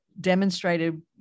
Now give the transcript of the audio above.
demonstrated